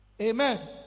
Amen